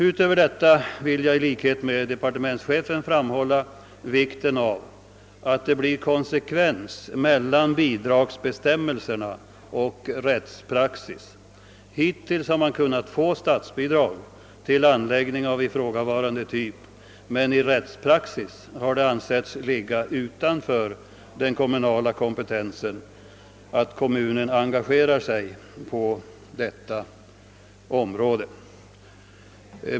Utöver detta vill jag i likhet med departementschefen framhålla vikten av att det blir konsekvens mellan bidragsbestämmelserna och rättspraxis. Hittills har man kunnat få statsbidrag till anläggningar av ifrågavarande typ, men i rättspraxis har det ansetts ligga utanför den kommunala kompetensen att kommunen engagerar sig på detta område. En anpassning av gällande rätt som här föreslås är väl motiverad.